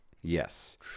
Yes